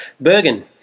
Bergen